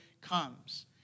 comes